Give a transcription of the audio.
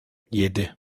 yedi